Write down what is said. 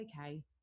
okay